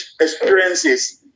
experiences